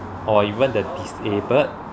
or even the disabled